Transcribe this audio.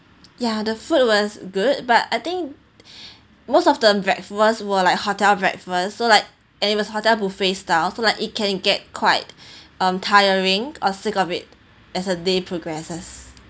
ya the food was good but I think most of the breakfast were like hotel breakfast so like and it was hotel buffet style so like it can get quite um tiring or sick of it as a day progresses